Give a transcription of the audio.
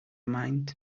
mind